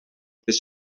this